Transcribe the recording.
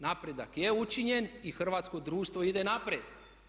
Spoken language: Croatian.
Napredak je učinjen i hrvatsko društvo ide naprijed.